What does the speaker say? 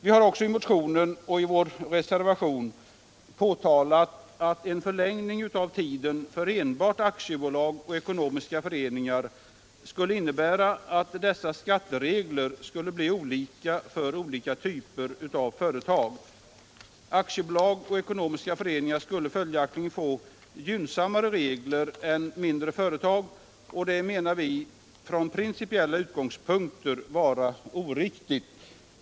Vi har också i motionen och i reservationen påtalat att en förlängning av tiden för enbart aktiebolag och ekonomiska föreningar skulle innebära att dessa skatteregler skulle bli olika för olika typer av företag. Aktiebolag och ekonomiska föreningar skulle få gynnsammare regler än mindre företag, och det är, enligt vår mening, oriktigt från principiella utgångspunkter.